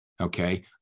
Okay